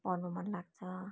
पढ्नु मन लाग्छ